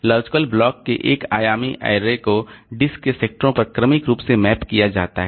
logical block के एक आयामी ऐरे को डिस्क के सेक्टरों पर क्रमिक रूप से मैप किया जाता है